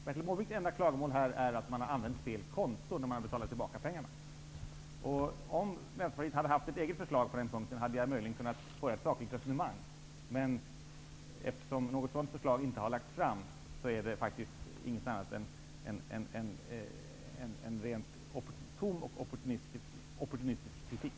Bertil Måbrinks enda klagomål är att man har använt fel konto när man har betalat tillbaka pengarna. Om Vänsterpartiet hade haft ett eget förslag på den punkten, hade jag möjligen kunnat föra ett sakligt resonemang, men eftersom något sådant inte har lagts fram, är det faktiskt inte något annat än en tom och opportunistisk kritik.